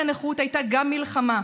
גם קצבת הנכות הייתה מלחמה.